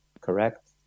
Correct